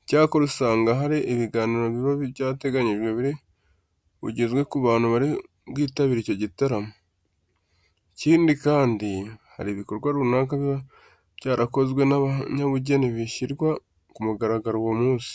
Icyakora, usanga hari ibiganiro biba byateganyijwe biri bugezwe ku bantu bari bwitabire icyo gitaramo. Ikindi kandi, hari ibikorwa runaka biba byarakozwe n'abanyabugeni bishyirwa ku mugaragaro uwo munsi.